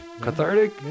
cathartic